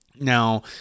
Now